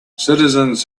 citizens